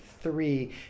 three